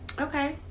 Okay